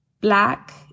black